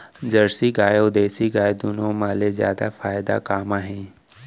Jersey गाय अऊ देसी गाय दूनो मा ले जादा फायदा का मा हे?